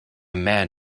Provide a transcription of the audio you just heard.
man